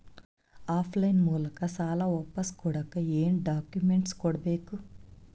Of line ಮೂಲಕ ಸಾಲ ವಾಪಸ್ ಕೊಡಕ್ ಏನು ಡಾಕ್ಯೂಮೆಂಟ್ಸ್ ಕೊಡಬೇಕು?